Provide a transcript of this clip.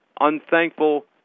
unthankful